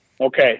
Okay